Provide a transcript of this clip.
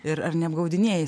ir ar neapgaudinėji